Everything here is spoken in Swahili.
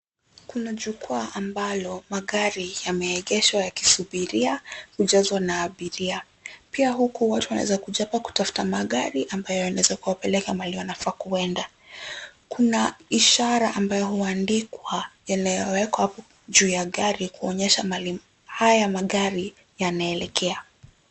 Kuna jukwa ambalo magari yameegeshwa yakisubiria kujazwa na abiria. Pia huku watu wanaweza kuja hapa kutafuta magari, ambayo yanaweza kuwapeleka mahali wanafaa kuenda. Kuna ishhara ambayo huandikwa, inayowekwa juu ya gari kuonyesha mahali haya magari yanaelekea.